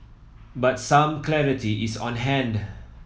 but some clarity is on hand